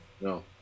No